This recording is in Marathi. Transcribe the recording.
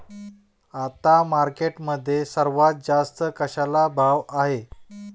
आता मार्केटमध्ये सर्वात जास्त कशाला भाव आहे?